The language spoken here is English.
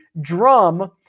drum